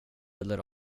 eller